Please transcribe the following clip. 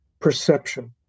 perception